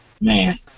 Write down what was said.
Man